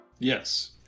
Yes